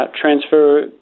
transfer